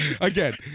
again